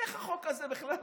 איך החוק הזה בכלל עבר?